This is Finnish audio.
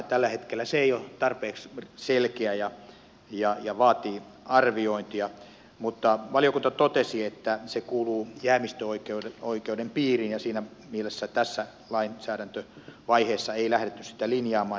tällä hetkellä se ei ole tarpeeksi selkeä ja vaatii arviointia mutta valiokunta totesi että se kuuluu jäämistöoikeuden piiriin ja siinä mielessä tässä lainsäädäntövaiheessa ei lähdetty sitä linjaamaan